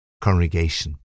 congregation